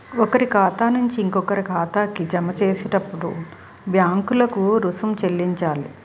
ఒకరి ఖాతా నుంచి ఇంకొకరి ఖాతాకి జమ చేసేటప్పుడు బ్యాంకులకు రుసుం చెల్లించాలి